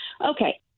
Okay